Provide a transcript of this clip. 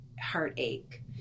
heartache